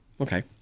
Okay